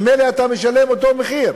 ממילא אתה משלם אותו מחיר.